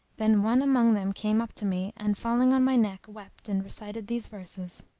then one among them came up to me and falling on my neck wept and recited these verses